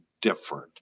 different